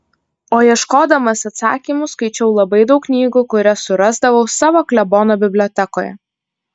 o ieškodamas atsakymų skaičiau labai daug knygų kurias surasdavau savo klebono bibliotekoje